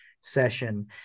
session